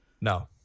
no